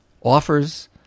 offers –